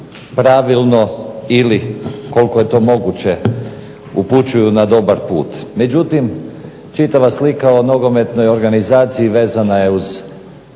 pravilno ili koliko je to moguće upućuju na dobar put. Međutim čitava slika o nogometnoj organizaciji vezana je uz